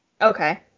okay